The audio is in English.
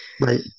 Right